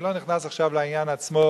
אני לא נכנס עכשיו לעניין עצמו